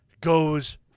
goes